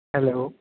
hello